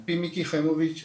על-פי מיקי חיימוביץ',